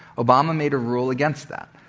obama made a rule against that.